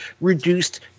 reduced